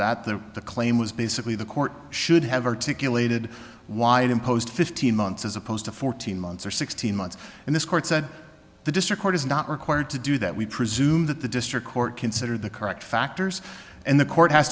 that there the claim was basically the court should have articulated why it imposed fifteen months as opposed to fourteen months or sixteen months and this court said the district court is not required to do that we presume that the district court consider the correct factors and the court